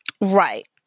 right